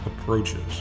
approaches